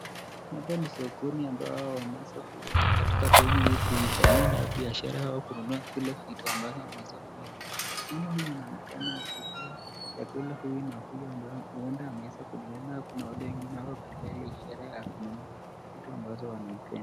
Hapa ni sokoni ambao wameweza kuenda katika sehemu hii kuifanyia nayo biashara au kununua vile vitu ambavyo wameweza kuenda, mama huyu anonekana akipea chakula huyu na huyu ambao huenda ameweza kununuliwa nao kuna wale wengine wako katika ile sherehe ya kununua vitu ambazo wanazipenda.